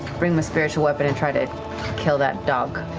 bring my spiritual weapon and try to kill that dog.